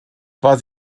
war